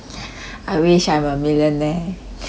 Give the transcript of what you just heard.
I wish I'm a millionaire